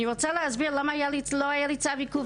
אני רוצה להסביר למה לא היה לי צו עיכוב